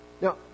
Now